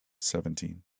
Seventeen